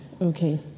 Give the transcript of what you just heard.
Okay